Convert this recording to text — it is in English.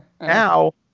Now